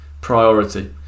priority